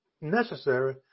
necessary